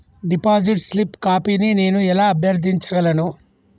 Deposit slip కాపీని నేను ఎలా అభ్యర్థించగలను?